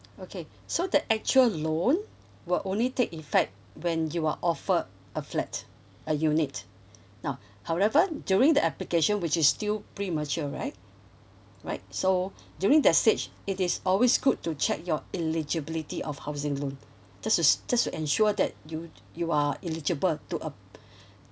okay so that actual loan will only take effect when you were offer a flat a unit now however during the application which is still premature right right so during that stage it is always good to check your eligibility of housing loan just to just to ensure you you are eligible to a~